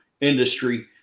industry